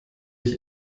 ich